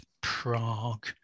Prague